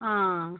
ആ